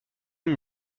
une